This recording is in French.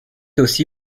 aussi